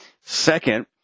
Second